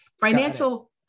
Financial